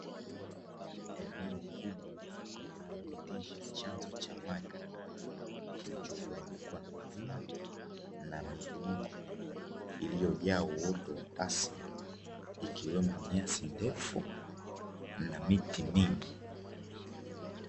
Eneo kubwa linaloonyesha chanzo cha maji kilichozungukwa na milima na miinuko iliyojaa uoto wa asili ikiwemo nyasi ndefu na miti mingi.